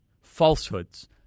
falsehoods